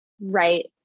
right